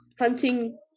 hunting